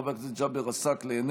חבר הכנסת ג'אבר עסאקלה,